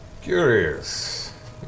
Curious